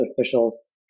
officials